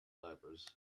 diapers